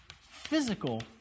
physical